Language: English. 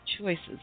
choices